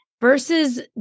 versus